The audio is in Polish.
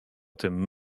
tym